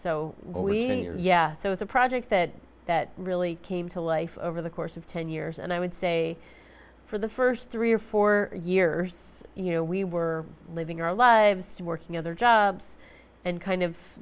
so we yeah so it's a project that that really came to life over the course of ten years and i would say for the first three or four years you know we were living our lives and working other jobs and kind of